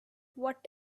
what